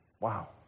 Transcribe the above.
Wow